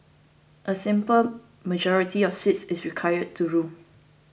a simple majority of seats is required to rule